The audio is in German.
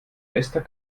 bester